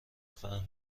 فهم